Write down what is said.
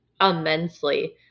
immensely